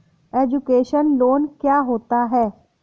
Education loan क्या होता है?